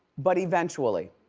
but eventually.